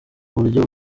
buryo